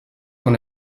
one